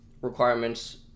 requirements